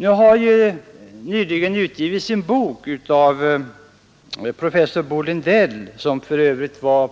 Nu har professor Bo Lindell — som för övrigt var